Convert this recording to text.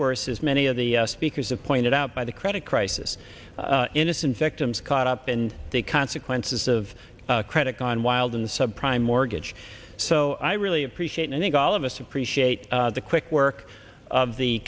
worse as many of the speakers have pointed out by the credit crisis innocent victims caught up in the consequences of credit gone wild in the subprime mortgage so i really appreciate and i think all of us appreciate the quick work of the